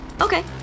Okay